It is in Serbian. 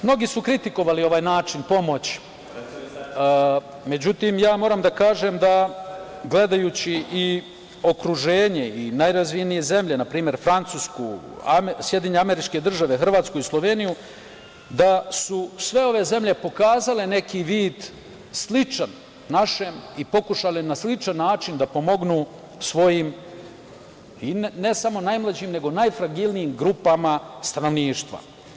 Mnogi su kritikovali ovaj način pomoći, međutim, moram da kažem, gledajući i okruženje i najrazvijenije zemlje, na primer Francusku, SAD, Hrvatsku i Sloveniju, da su sve ove zemlje pokazale neki vid sličan našem i pokušale na sličan način da pomognu svojim ne samo najmlađim, nego najfragilnijim grupama stanovništva.